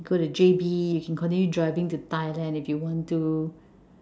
go to J_B you can continue driving to Thailand if you want to